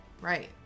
right